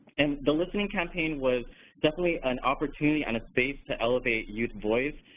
and the listening campaign was definitely an opportunity and a space to elevate youth voice,